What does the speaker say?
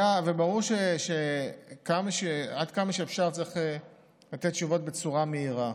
ברור שעד כמה שאפשר צריך לתת תשובות בצורה מהירה.